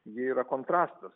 ji yra kontrastas